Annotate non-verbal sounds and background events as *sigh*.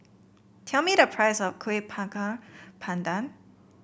tell me the price of kueh *unintelligible* pandan